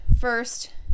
First